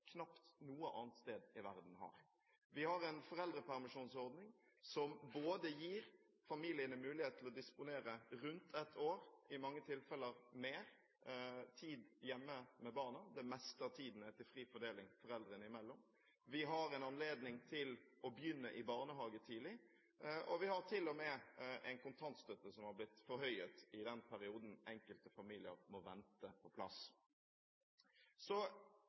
knapt noe annet sted i verden har. Vi har en foreldrepermisjonsordning som gir familiene mulighet til å disponere tid, rundt ett år – i mange tilfeller mer – hjemme med barna. Det meste av tiden er til fri fordeling foreldrene imellom. Vi har anledning til å la barna begynne i barnehagen tidlig, og vi har til og med en kontantstøtte som er blitt forhøyet i den perioden enkelte familier må vente på plass.